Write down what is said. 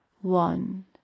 one